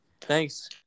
Thanks